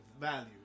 value